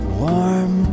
warm